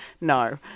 no